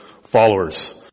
followers